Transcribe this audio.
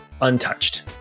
untouched